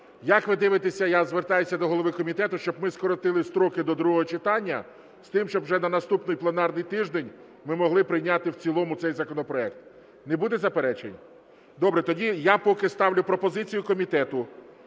як ви дивитесь, я звертаюсь до голови комітету, щоб ми скоротили строки до другого читання з тим, щоб вже на наступний пленарний тиждень ми могли прийняти в цілому цей законопроект? Не буде заперечень? Добре. Тоді я поки ставлю пропозицію комітету